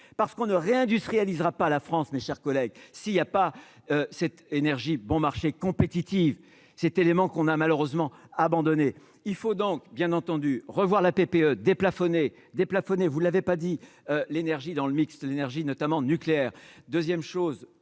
parce qu'on ne réindustrialiser pas la France, mes chers collègues, si il y a pas cette énergie bon marché compétitive cet élément qu'on a malheureusement abandonné, il faut donc bien entendu, revoir la PPE déplafonner déplafonner, vous l'avez pas dit l'énergie dans le mix de l'énergie, notamment nucléaire 2ème chose